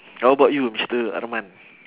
how about you mister arman